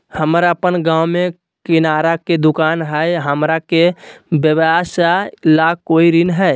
हमर अपन गांव में किराना के दुकान हई, हमरा के व्यवसाय ला कोई ऋण हई?